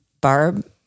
Barb